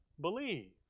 believe